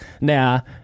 now